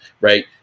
right